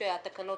כשתקנות